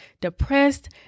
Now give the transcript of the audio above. Depressed